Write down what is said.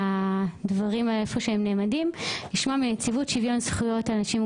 הדברים כפי שהם לשמוע מנציבות שוויון זכויות לאנשים עם